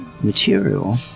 material